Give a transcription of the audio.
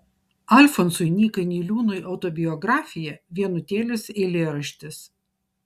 alfonsui nykai niliūnui autobiografija vienutėlis eilėraštis